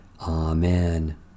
Amen